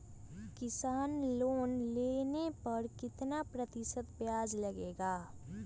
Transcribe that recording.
किसान लोन लेने पर कितना प्रतिशत ब्याज लगेगा?